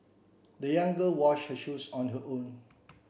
the young girl washed her shoes on her own